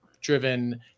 driven